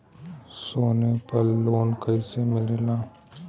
सोना पर loan कइसे मिलेला?